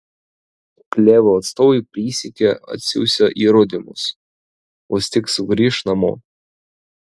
klevo atstovai prisiekė atsiųsią įrodymus vos tik sugrįš namo